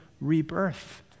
rebirth